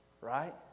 right